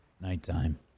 Nighttime